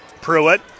Pruitt